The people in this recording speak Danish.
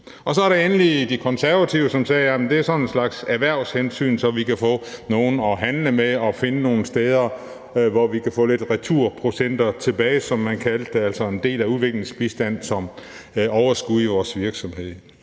Og så er der endelig De Konservative, som sagde, at udviklingsbistanden var sådan en slags erhvervshensyn, så vi kan få nogle at handle med og finde nogle steder, hvor vi kan få lidt returprocenter, som man kaldte det, tilbage, altså få en del af udviklingsbistanden tilbage som overskud i vores virksomhed.